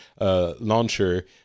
launcher